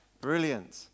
Brilliant